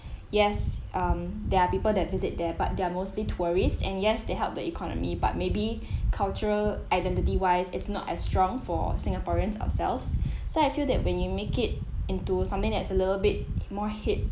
yes um there are people that visit there but they're mostly tourists and yes they help the economy but maybe cultural-identity wise it's not as strong for singaporeans ourselves so I feel that when you make it into something that's a little bit more hip